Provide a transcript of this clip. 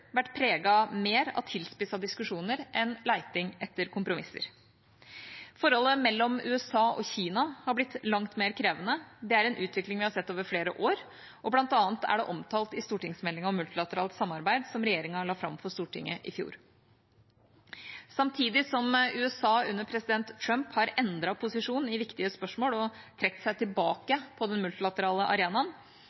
vært preget mer av tilspissede diskusjoner enn leting etter kompromisser. Forholdet mellom USA og Kina har blitt langt mer krevende. Det er en utvikling vi har sett over flere år, og bl.a. er det omtalt i stortingsmeldingen om multilateralt samarbeid som regjeringa la fram for Stortinget i fjor. Samtidig som USA under president Trump har endret posisjon i viktige spørsmål og trukket seg tilbake